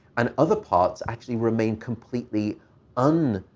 and other parts actually remain completely um